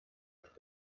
app